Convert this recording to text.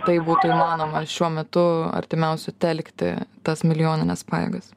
tai būtų įmanoma šiuo metu artimiausiu telkti tas milijonines pajėgas